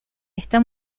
está